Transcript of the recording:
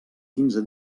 quinze